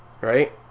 Right